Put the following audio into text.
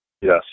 Yes